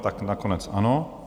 Tak nakonec ano.